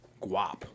guap